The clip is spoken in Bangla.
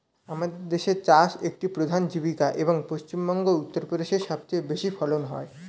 আমাদের দেশে চাষ একটি প্রধান জীবিকা, এবং পশ্চিমবঙ্গ ও উত্তরপ্রদেশে সবচেয়ে বেশি ফলন হয়